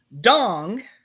dong